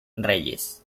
reyes